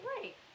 right